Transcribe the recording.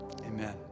Amen